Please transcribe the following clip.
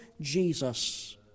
Jesus